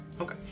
Okay